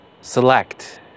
select